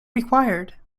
required